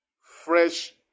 fresh